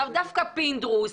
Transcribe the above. דווקא פינדרוס,